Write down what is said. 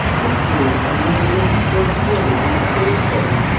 this curious finding was then explored further in a third study,